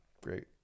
Great